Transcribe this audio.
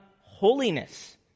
holiness